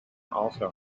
also